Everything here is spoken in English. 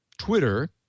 Twitter